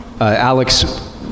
Alex